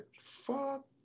fuck